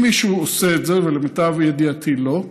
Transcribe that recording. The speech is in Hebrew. אם מישהו עושה את זה, ולמיטב ידיעתי לא,